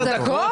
עשר דקות?